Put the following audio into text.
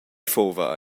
fuva